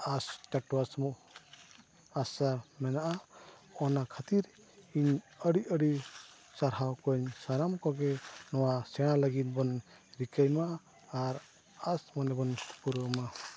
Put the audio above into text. ᱟᱸᱥ ᱴᱟᱴᱚᱣᱟᱥ ᱵᱚ ᱟᱥᱟ ᱢᱮᱱᱟᱜᱼᱟ ᱚᱱᱟ ᱠᱷᱟᱹᱛᱤᱨ ᱤᱧ ᱟᱹᱰᱤ ᱟᱹᱰᱤ ᱥᱟᱨᱦᱟᱣ ᱠᱚᱣᱟᱹᱧ ᱥᱟᱱᱟᱢ ᱠᱚᱜᱮ ᱱᱚᱣᱟ ᱥᱮᱬᱟ ᱞᱟᱹᱜᱤᱫ ᱵᱚᱱ ᱨᱤᱠᱟᱹᱭᱢᱟ ᱟᱨ ᱟᱸᱥ ᱢᱚᱱᱮ ᱵᱚᱱ ᱯᱩᱨᱟᱹᱣᱢᱟ